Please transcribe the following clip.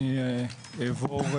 אני אעבור,